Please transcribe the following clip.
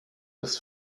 des